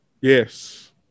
Yes